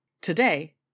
Today